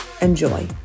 enjoy